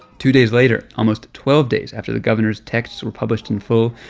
two days later, almost twelve days after the governor's texts were published in full,